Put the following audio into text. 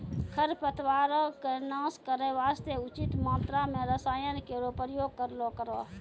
खरपतवारो क नाश करै वास्ते उचित मात्रा म रसायन केरो प्रयोग करलो करो